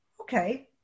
okay